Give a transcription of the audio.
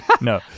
No